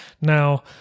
Now